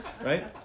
Right